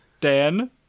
Dan